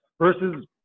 versus